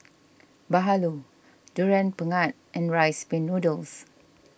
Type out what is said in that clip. Bahulu Durian Pengat and Rice Pin Noodles